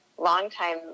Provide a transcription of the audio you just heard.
Longtime